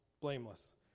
blameless